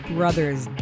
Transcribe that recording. Brothers